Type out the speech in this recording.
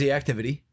activity